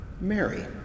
Mary